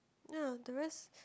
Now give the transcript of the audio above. ya the rest